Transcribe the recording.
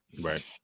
Right